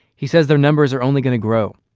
he says their numbers are only gonna grow.